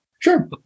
Sure